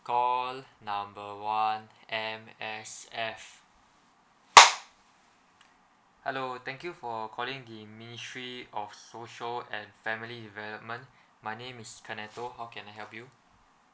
call number one M_S_F hello thank you for calling the ministry of social and family development my name kaneto how can I help you